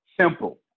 simple